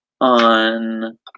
on